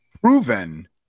proven